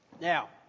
Now